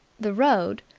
the road,